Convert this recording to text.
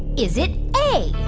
is it a,